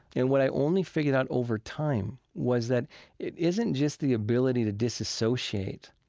and what i only figured out over time was that it isn't just the ability to disassociate.